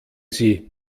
sie